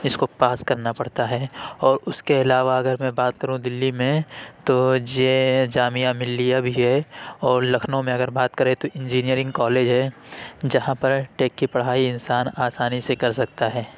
جس کو پاس کرنا پڑتا ہے اور اس کے علاوہ اگر میں بات کروں دلی میں تو جامعہ ملیہ بھی ہے اور لکھنؤ میں اگر بات کریں تو انجینئرنگ کالج ہے جہاں پر ٹیک کی پڑھائی انسان آسانی سے کر سکتا ہے